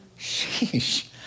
Sheesh